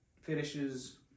Finishes